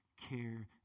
care